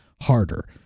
harder